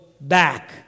back